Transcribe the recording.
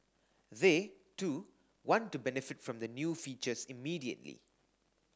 they too want to benefit from the new features immediately